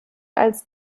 als